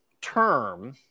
term